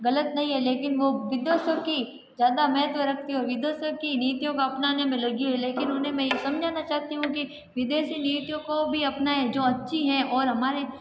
गलत नहीं है लेकिन वो विदेशों की ज़्यादा महत्व रखती है और विदेशों की नीतियों का अपनाने में लगी हुई है लेकिन उन्हें मैं ये समझाना चाहती हूँ कि विदेशी नीतियों को भी अपनाए जो अच्छी हैं और हमारे